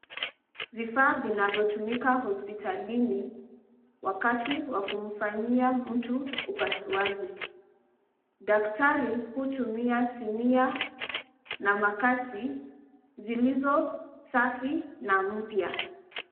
Vifaa vinavyotumika hospitalini, wakati wa kumfanyia mtu upasuaji. Daktari hutumia sinia na makasi, zilizo safi na mpya.